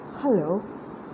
Hello